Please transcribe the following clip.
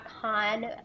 con